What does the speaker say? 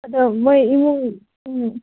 ꯑꯗꯣ ꯃꯣꯏ ꯏꯃꯨꯡ ꯎꯝ